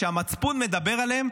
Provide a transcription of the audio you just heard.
שהמצפון מדבר עליהן.